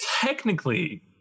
Technically